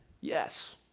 Yes